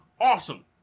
Awesome